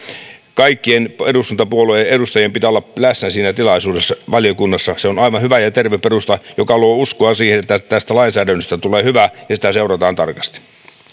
kaikkien eduskuntapuolueiden edustajien pitää olla läsnä siinä tilaisuudessa valiokunnassa se on on aivan hyvä ja terve perusta joka luo uskoa siihen että tästä lainsäädännöstä tulee hyvä ja sitä seurataan tarkasti